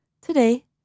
Today